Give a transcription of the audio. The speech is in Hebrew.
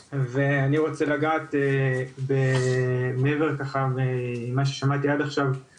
ואני רוצה לדעת עוד מעבר לכל מה שככה שמעתי עד עכשיו שנאמר פה,